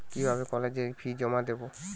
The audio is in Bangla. কিভাবে কলেজের ফি জমা দেবো?